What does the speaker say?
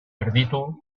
erditu